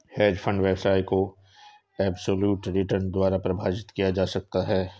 hedge fund व्यवसाय को absolute return द्वारा परिभाषित किया जा सकता है